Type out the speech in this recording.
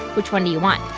which one do you want?